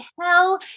hell